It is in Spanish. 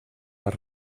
las